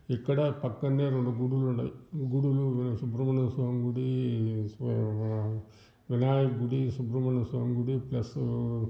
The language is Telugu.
ఇక్కడ పక్కనే రెండు గుళ్ళు ఉన్నాయి గుళ్ళు సుబ్రమణ్య స్వామి గుడి వినాయక గుడి సుబ్రమణ్య స్వామి గుడి ప్లస్సు